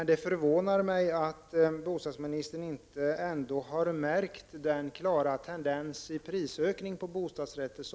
Det förvånar mig att bostadsministern inte har märkt den klara tendensen till prisökning på bostadsrätter.